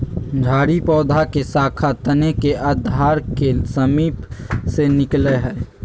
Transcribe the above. झाड़ी पौधा के शाखा तने के आधार के समीप से निकलैय हइ